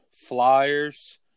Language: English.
flyers